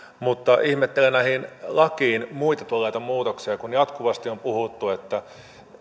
mutta ihmettelen näitä muita lakiin tulleita muutoksia kun jatkuvasti on puhuttu että